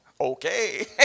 okay